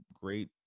great